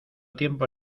tiempo